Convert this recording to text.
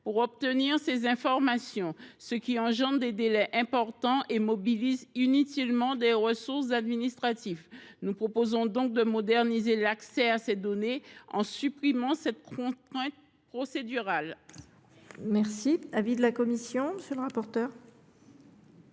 pour obtenir ces informations, ce qui engendre des délais importants et mobilise inutilement des ressources administratives. Nous proposons donc de moderniser l’accès à ces données en supprimant cette contrainte procédurale. Quel est l’avis de la commission des finances ?